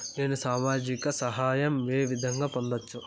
నేను సామాజిక సహాయం వే విధంగా పొందొచ్చు?